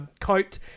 coat